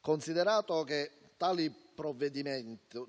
considerato che tale provvedimento,